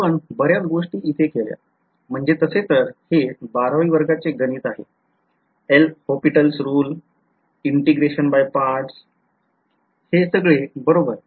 तर आपण बऱ्याच गोष्टी इथे केल्या म्हणजे तसे तर हे १२वी वर्गाचे गणित आहे L'Hopital's rule हे integration by parts हे सगळे बरोबर